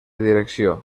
direcció